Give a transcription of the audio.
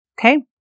Okay